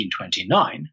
1929